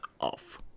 off